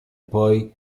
poi